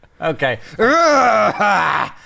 Okay